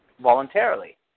voluntarily